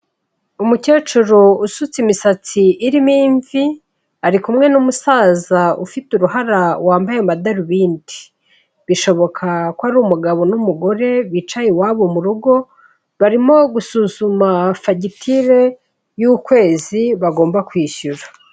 Umukecuru usutse imisatsi irimo imvi, ari kumwe n'umusaza ufite uruhara, wambaye amadarubindi, bishoboka ko ari umugabo n'umugore bicaye iwabo mu rugo, barimo gusuzuma fagitire y'ukwezi bagomba kwishyura.